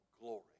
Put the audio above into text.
glory